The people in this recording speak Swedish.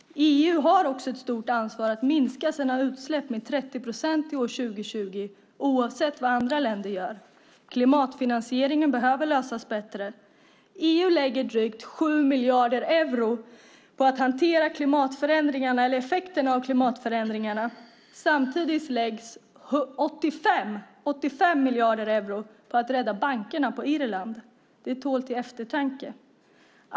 EU har också ett stort ansvar att minska sina utsläpp med 30 procent till år 2020 oavsett vad andra länder gör. Klimatfinansieringen behöver lösas bättre. EU lägger drygt 7 miljarder euro på att hantera effekterna av klimatförändringarna. Samtidigt läggs 85 miljarder euro på att rädda bankerna på Irland. Det tål att tänka på.